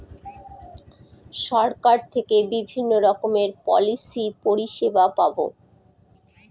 সরকার থেকে বিভিন্ন রকমের পলিসি পরিষেবা পাবো